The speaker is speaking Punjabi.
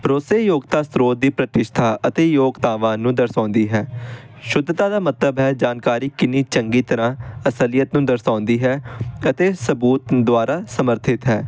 ਭਰੋਸੇਯੋਗਤਾ ਸਰੋਤ ਦੀ ਪ੍ਰਤਿਸ਼ਠਤਾ ਅਤੇ ਯੋਗਤਾਵਾਂ ਨੂੰ ਦਰਸਾਉਂਦੀ ਹੈ ਸ਼ੁੱਧਤਾ ਦਾ ਮਤਲਬ ਹੈ ਜਾਣਕਾਰੀ ਕਿੰਨੀ ਚੰਗੀ ਤਰ੍ਹਾਂ ਅਸਲੀਅਤ ਨੂੰ ਦਰਸਾਉਂਦੀ ਹੈ ਅਤੇ ਸਬੂਤ ਦੁਆਰਾ ਸਮਰਥਿਤ ਹੈ